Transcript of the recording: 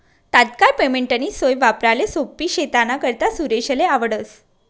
तात्काय पेमेंटनी सोय वापराले सोप्पी शे त्यानाकरता सुरेशले आवडस